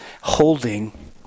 holding